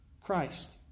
Christ